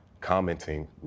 commenting